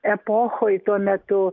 epochoj tuo metu